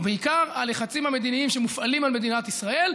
ובעיקר הלחצים המדיניים שמופעלים על מדינת ישראל,